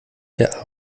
der